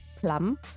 plum